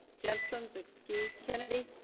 jetsons excuse kennedy